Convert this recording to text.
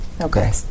Okay